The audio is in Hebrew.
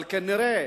אבל כנראה